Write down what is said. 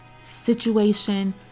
situation